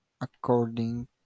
according